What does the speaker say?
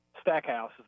Stackhouse